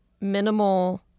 minimal